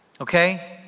okay